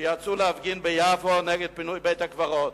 שיצאו להפגין ביפו נגד פינוי בית-הקברות.